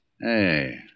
Hey